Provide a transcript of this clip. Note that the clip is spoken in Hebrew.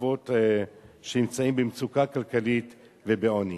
שכבות שנמצאות במצוקה כלכלית ובעוני.